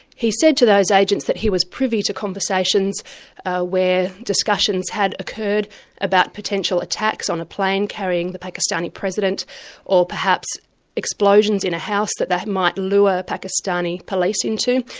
he said to those agents that he was privy to conversations where discussions had occurred about potential attacks on a plane carrying the pakistani president or perhaps explosions in a house that they might lure pakistani police into.